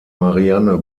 marianne